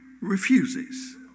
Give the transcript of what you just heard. refuses